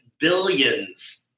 billions